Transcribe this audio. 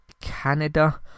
Canada